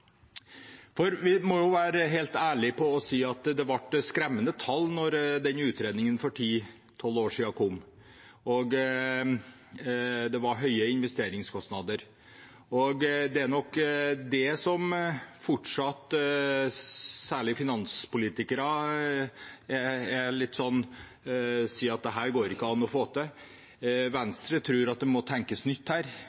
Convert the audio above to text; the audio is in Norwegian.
Vi må være helt ærlige og si at det var skremmende tall da denne utredningen kom for ti–tolv år siden. Det var høye investeringskostnader. Det er nok det som gjør at særlig finanspolitikere fortsatt sier at dette ikke går an å få til.